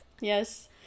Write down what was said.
yes